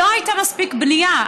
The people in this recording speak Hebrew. לא הייתה מספיק בנייה.